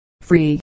free